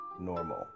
normal